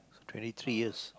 twenty three years